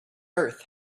earth